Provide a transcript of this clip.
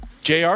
Jr